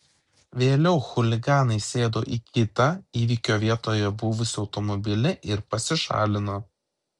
vėliau chuliganai sėdo į kitą įvykio vietoje buvusį automobilį ir pasišalino